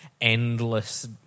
endless